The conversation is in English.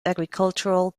agricultural